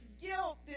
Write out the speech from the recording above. guilt